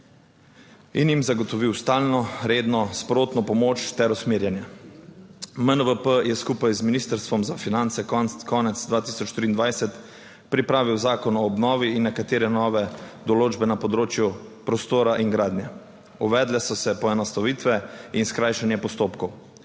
in jim zagotovil stalno, redno, sprotno pomoč ter usmerjanje. MNVP je skupaj z Ministrstvom za finance konec 2023 pripravil zakon o obnovi in nekatere nove določbe na področju prostora in gradnje. Uvedle so se poenostavitve in skrajšanje postopkov